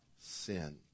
sin